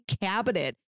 cabinet